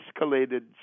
escalated